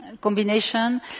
combination